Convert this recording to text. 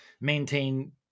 maintain